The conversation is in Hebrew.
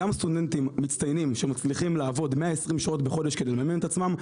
גם סטודנטים מצטיינים שמצליחים לעבוד 120 שעות בחודש כדי לממן את עצמם.